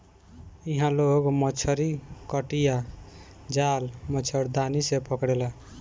इहां लोग मछरी कटिया, जाल, मछरदानी से पकड़ेला